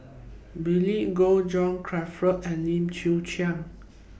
Billy Koh John Crawfurd and Lim Chwee Chian